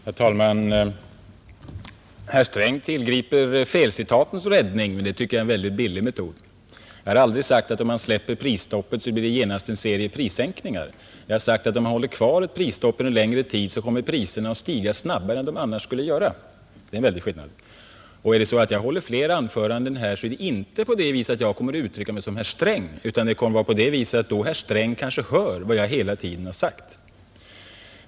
Herr talman! Herr Sträng tillgriper felcitat som räddning, men det tycker jag är en billig metod. Jag har aldrig sagt att om man släpper prisstoppet så blir det genast en serie prissänkningar. Jag har sagt att om man håller kvar prisstoppet en längre tid så kommer priserna att stiga snabbare än de annars skulle göra. Det är skillnad. Om jag håller flera anföranden här så är det inte på det sättet att jag kommer att uttrycka mig som herr Sträng, utan herr Sträng kanske så småningom hör vad jag hela tiden har sagt.